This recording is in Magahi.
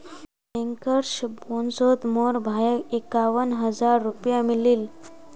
बैंकर्स बोनसोत मोर भाईक इक्यावन हज़ार रुपया मिलील